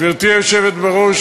גברתי היושבת-ראש,